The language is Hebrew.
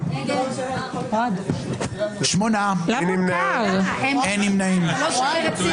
הצבעה לא אושרו.